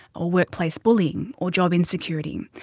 or workplace bullying, or job insecurity.